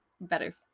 better